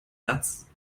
satz